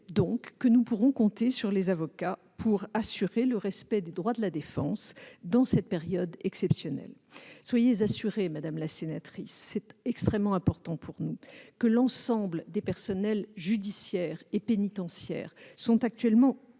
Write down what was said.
que nous pourrons compter sur les avocats pour assurer le respect des droits de la défense dans cette période exceptionnelle. Soyez assurée, madame la sénatrice, que tous les personnels judiciaires et pénitentiaires sont actuellement pleinement